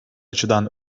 açıdan